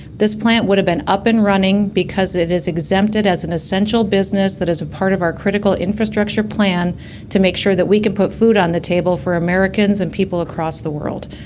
this plant would have been up and running because it is exempted as an essential business that as a part of our critical infrastructure plan to make sure that we could put food on the table for americans and people across the world.